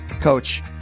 coach